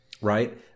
right